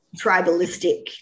tribalistic